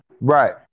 Right